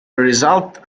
result